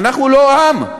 אנחנו לא עם.